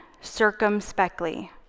circumspectly